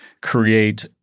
create